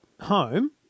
home